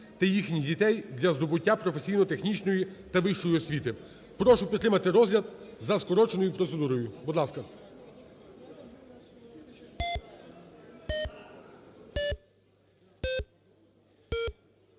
та їхніх дітей для здобуття професійно-технічної та вищої освіти. Прошу підтримати розгляд за скороченою процедурою. Будь ласка.